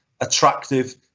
attractive